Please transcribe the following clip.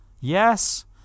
Yes